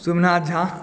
Somnath Jha